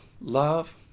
love